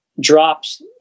drops